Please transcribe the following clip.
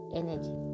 energy